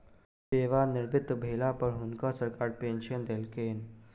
सेवानिवृत भेला पर हुनका सरकार पेंशन देलकैन